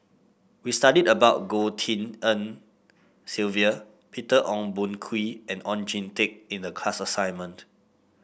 we studied about Goh Tshin En Sylvia Peter Ong Boon Kwee and Oon Jin Teik in the class assignment